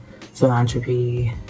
philanthropy